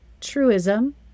truism